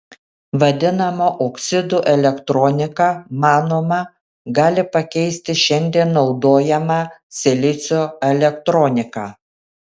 vadinama oksidų elektronika manoma gali pakeisti šiandien naudojamą silicio elektroniką